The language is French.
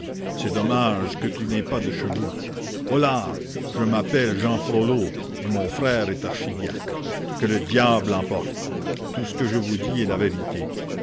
c'est dommage que tu n'aies pas de cheveux holà je m'appelle jehan frollo et mon frère est archidiacre que le diable l'emporte tout ce que je vous dis est la vérité